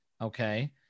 okay